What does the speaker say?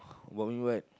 working where